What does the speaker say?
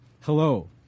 hello